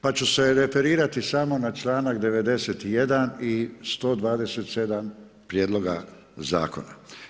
Pa ću se referirati samo na članak 91. i 127. prijedloga zakona.